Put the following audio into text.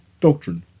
doctrine